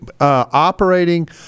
operating